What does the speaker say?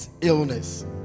illness